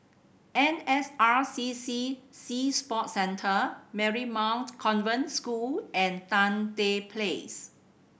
N S R C C Sea Sports Centre Marymount Convent School and Tan Tye Place